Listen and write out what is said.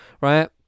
right